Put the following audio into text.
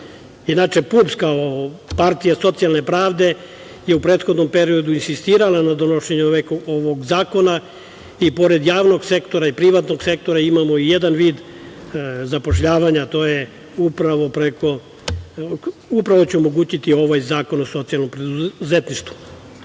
PUPS, kao partija socijalne pravde, je u prethodnom periodu insistirala na donošenju ovog zakona i pored javnog sektora i privatnog sektora imamo jedan vid zapošljavanja, a to će upravo omogućiti ovaj Zakon o socijalnom preduzetništvu. Predlogom